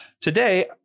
Today